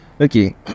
okay